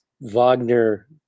Wagner